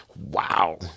wow